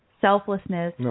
selflessness